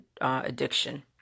addiction